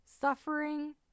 suffering